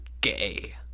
gay